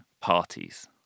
parties